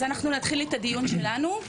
אז אנחנו נתחיל את הדיון שלנו.